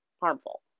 harmful